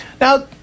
Now